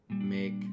make